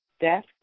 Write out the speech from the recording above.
Death